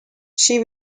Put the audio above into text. she